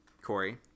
Corey